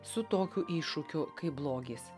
su tokiu iššūkiu kaip blogis